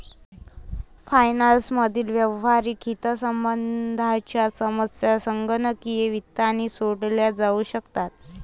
finance मधील व्यावहारिक हितसंबंधांच्या समस्या संगणकीय वित्ताने सोडवल्या जाऊ शकतात